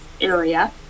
area